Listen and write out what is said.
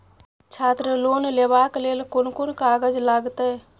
छात्र लोन लेबाक लेल कोन कोन कागज लागतै?